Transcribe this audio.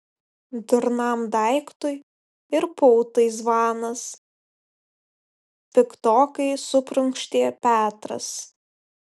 durnam daiktui ir pautai zvanas piktokai suprunkštė petras